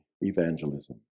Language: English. evangelism